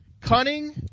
Cunning